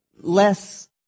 less